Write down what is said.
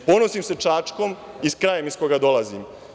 Ponosim se Čačkom i krajem iz koga dolazim.